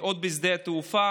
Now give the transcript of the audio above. לבדוק ולהוציא אותם.